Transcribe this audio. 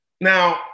Now